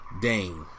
Dane